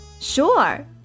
Sure